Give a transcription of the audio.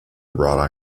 wrought